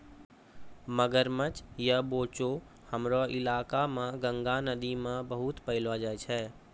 मगरमच्छ या बोचो हमरो इलाका मॅ गंगा नदी मॅ बहुत पैलो जाय छै